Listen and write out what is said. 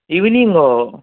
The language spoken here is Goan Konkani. इवनींग गो